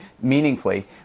meaningfully